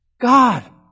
God